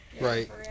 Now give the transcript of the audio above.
Right